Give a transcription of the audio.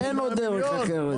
אין עוד דרך אחרת.